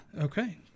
Okay